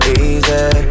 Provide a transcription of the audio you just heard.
easy